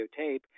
videotape